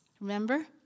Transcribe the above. remember